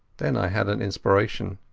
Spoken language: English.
then i had an inspiration.